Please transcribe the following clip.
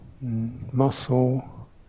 muscle